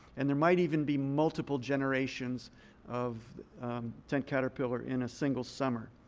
and there might even be multiple generations of tent caterpillar in a single summer.